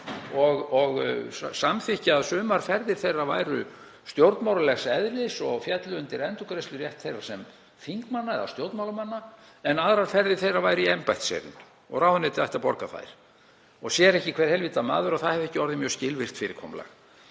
og samþykkja að sumar ferðir þeirra væru stjórnmálalegs eðlis og féllu undir endurgreiðslurétt þeirra sem þingmanna eða stjórnmálamanna en aðrar ferðir þeirra væru í embættiserindum og ráðuneytið ætti að borga þær. Sér ekki hver heilvita maður að það hefði ekki orðið mjög skilvirkt fyrirkomulag?